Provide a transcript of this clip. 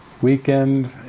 Weekend